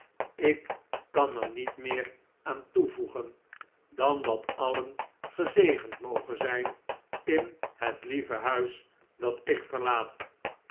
ik kan er niet meer aan toevoegen dan dat alien gezegend mogen zijn in het lieve huis dat ik verlaat